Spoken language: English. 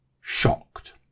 shocked